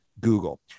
Google